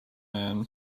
man